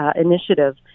initiative